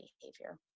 behavior